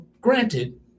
granted